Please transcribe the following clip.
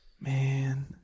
Man